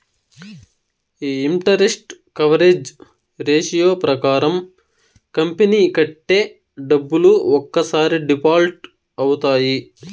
ఈ interest coverage ratio ప్రకారం company కట్టే డబ్బులు ఒక్కసారి డిఫాల్ట్ అవుతాయి